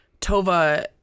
Tova